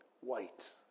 white